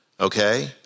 Okay